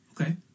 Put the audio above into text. Okay